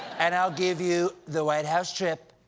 and i'll give you the white house trip,